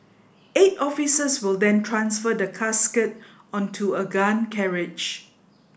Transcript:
eight officers will then transfer the casket onto a gun carriage